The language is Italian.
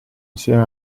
insieme